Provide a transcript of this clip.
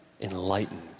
enlightened